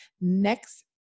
next